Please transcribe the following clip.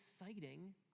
exciting